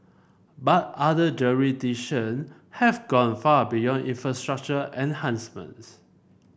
but other jurisdiction have gone far beyond infrastructure enhancements